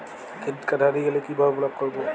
Credit card হারিয়ে গেলে কি ভাবে ব্লক করবো?